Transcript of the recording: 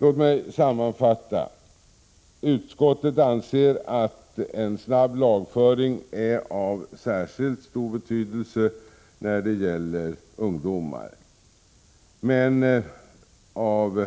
Låt mig sammanfatta: Utskottet anser att en snabb lagföring är av särskilt stor betydelse när det gäller ungdomar, men av